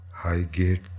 Highgate